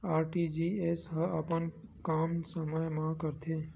RTGS ह अपन काम समय मा करथे?